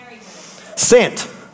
Sent